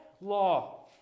law